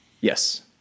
Yes